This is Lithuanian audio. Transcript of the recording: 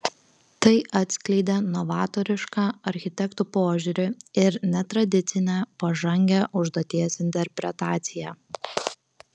tai atskleidė novatorišką architektų požiūrį ir netradicinę pažangią užduoties interpretaciją